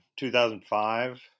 2005